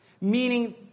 Meaning